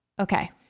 Okay